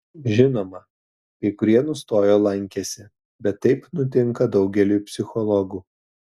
žinoma kai kurie nustojo lankęsi bet taip nutinka daugeliui psichologų